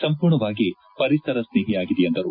ಸಂಪೂರ್ಣವಾಗಿ ಪರಿಸರ ಸ್ನೇಹಿಯಾಗಿದೆ ಎಂದರು